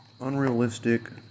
unrealistic